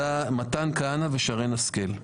מתן כהנא ושרן השכל;